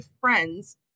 friends